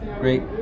great